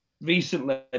recently